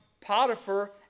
Potiphar